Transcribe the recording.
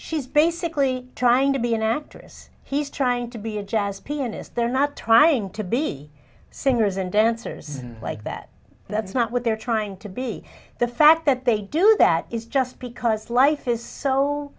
she's basically trying to be an actress he's trying to be a jazz pianist they're not trying to be singers and dancers like that that's not what they're trying to be the fact that they do that is just because life is so